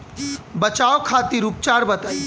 बचाव खातिर उपचार बताई?